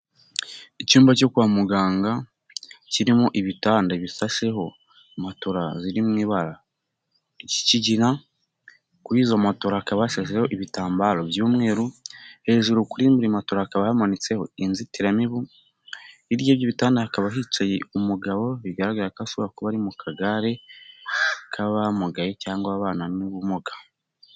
Icyumba cyo kwa muganga kirimo ibitanda bisaseho matola ziri mu ibara ry'ikigira, kuri izo matola hakaba hashasheho ibitambaro by'umweru, hejuru kuri izi matola hakaba hamanitseho inzitiramibu, hirya y'ibitanda hakaba hicaye umugabo bigaragara ko ashobora kuba bari mu kagare k'abamugaye cyangwa abana n'ubumuga.